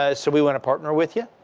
ah so we want to partner with you.